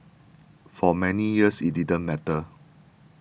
for many years it didn't matter